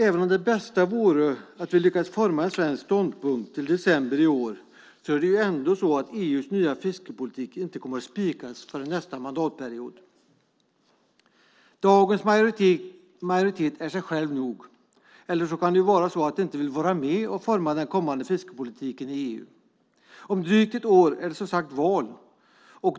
Även om det bästa vore att vi till december i år lyckas forma en svensk ståndpunkt kommer EU:s nya fiskepolitik inte att spikas förrän under nästa mandatperiod. Dagens majoritet är sig själv nog. Det kan också vara så att de inte vill vara med och forma den kommande fiskepolitiken i EU. Om drygt ett år är det, som sagt, val.